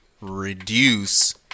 reduce